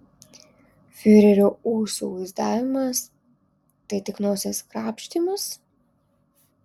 fiurerio ūsų vaizdavimas tai tik nosies krapštymas